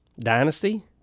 Dynasty